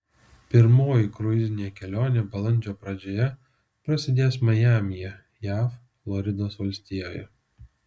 pirmoji kruizinė kelionė balandžio pradžioje prasidės majamyje jav floridos valstijoje